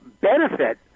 benefit